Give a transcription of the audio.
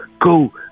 go